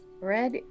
Red